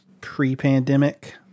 pre-pandemic